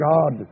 God